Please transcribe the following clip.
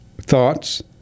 thoughts